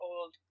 old